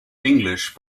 english